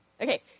Okay